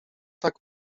tak